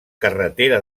carretera